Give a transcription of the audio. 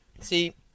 See